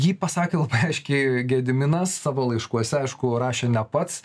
jį pasakė labai aiškiai gediminas savo laiškuose aišku rašė ne pats